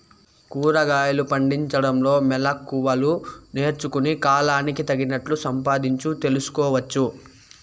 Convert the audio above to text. కూరగాయలు పండించడంలో మెళకువలు నేర్చుకుని, కాలానికి తగినట్లు సంపాదించు తెలుసుకోవచ్చు